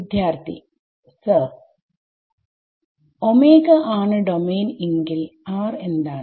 വിദ്യാർത്ഥി സർ ആണ് ഡോമെയിൻ എങ്കിൽ എന്താണ്